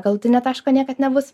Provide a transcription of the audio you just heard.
galutinio taško niekad nebus